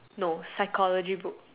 know psychology book